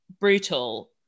Brutal